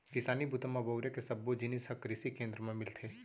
किसानी बूता म बउरे के सब्बो जिनिस ह कृसि केंद्र म मिलथे